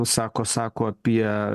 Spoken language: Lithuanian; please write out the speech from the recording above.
sako sako apie